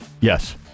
Yes